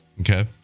Okay